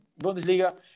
Bundesliga